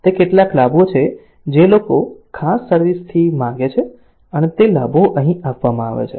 તે કેટલાક લાભો છે જે લોકો ખાસ સર્વિસ થી માગે છે અને તે લાભો અહીં આપવામાં આવે છે